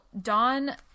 Dawn